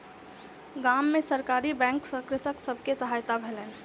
गाम में सरकारी बैंक सॅ कृषक सब के सहायता भेलैन